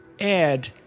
add